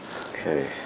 Okay